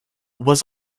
was